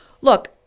look